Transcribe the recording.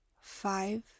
five